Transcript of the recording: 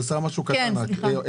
משהו קטן לשרה.